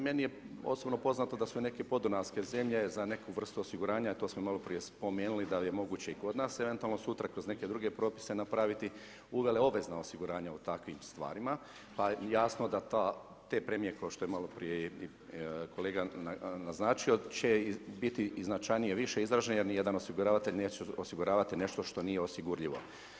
Meni je osobno poznato da su neke podunavske zemlje za neku vrstu osiguranja a to smo malo prije spomenuli da li je moguće i kod nas, eventualno sutra kroz neke druge propise napraviti uvele obvezna osiguranja o takvim stvarima pa jasno da te premije kao što je malo prije kolega naznačio će biti i značajnije više izražene jer niti jedan osiguravatelj neće osiguravati nešto što nije osigurljivo.